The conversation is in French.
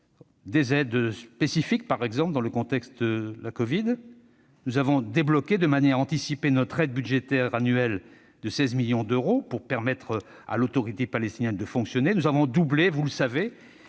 des aides spécifiques. Par exemple, dans le contexte de la Covid, nous avons débloqué de manière anticipée notre aide budgétaire annuelle de 16 millions d'euros pour permettre à l'Autorité palestinienne de fonctionner. Nous avons doublé l'année